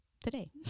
today